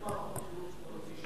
מערכות חינוך יכולות להשתפר.